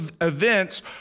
events